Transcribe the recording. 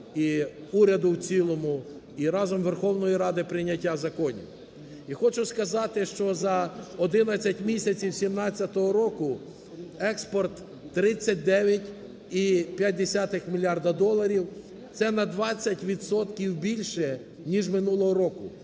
і уряду в цілому, і разом Верховної Ради прийняття законів. І хочу сказати, що за 11 місяців 17-го року експорт – 39,5 мільярда доларів. Це на 20 відсотків більше ніж минулого року.